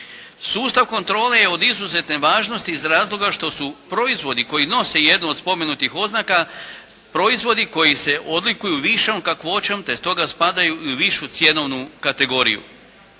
Sustav kontrole je od izuzetne važnosti iz razloga što su proizvodi koji nose jednu od spomenutih oznaka proizvodi koji se odlikuju višom kakvoćom te stoga spadaju i u višu cjenovnu kategoriju.